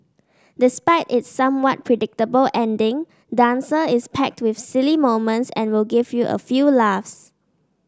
despite its somewhat predictable ending Dancer is packed with silly moments and will give you a few laughs